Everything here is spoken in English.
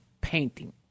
painting